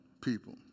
people